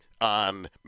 on